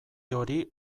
hori